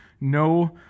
no